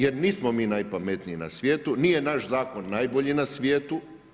Jer nismo mi najpametniji na svijetu, nije naš zakon najbolji na svijetu.